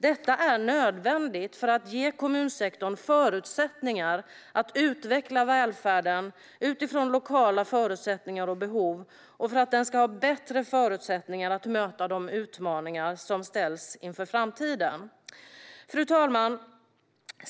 Detta är nödvändigt för att ge kommunsektorn förutsättningar att utveckla välfärden utifrån lokala förutsättningar och behov och för att den ska ha bättre förutsättningar att möta de utmaningar som den ställs inför i framtiden. Fru talman!